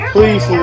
Please